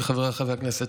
חבריי חברי הכנסת,